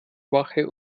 wache